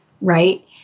right